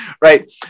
right